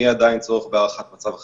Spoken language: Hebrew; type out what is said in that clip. יהיה עדיין צורך בהארכת מצב החירום.